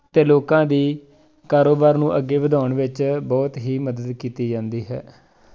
ਅਤੇ ਲੋਕਾਂ ਦੀ ਕਾਰੋਬਾਰ ਨੂੰ ਅੱਗੇ ਵਧਾਉਣ ਵਿੱਚ ਬਹੁਤ ਹੀ ਮਦਦ ਕੀਤੀ ਜਾਂਦੀ ਹੈ